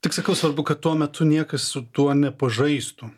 tik sakau svarbu kad tuo metu niekas su tuo nepažaistų